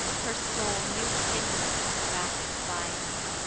her soul new-kindling with seraphic fires,